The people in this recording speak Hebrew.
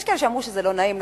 יש כאלה שאמרו שזה לא נעים,